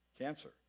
Cancer